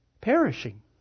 perishing